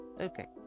okay